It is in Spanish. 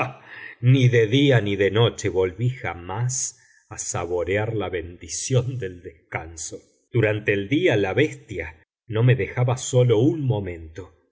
ni de día ni de noche volví jamás a saborear la bendición del descanso durante el día la bestia no me dejaba solo un momento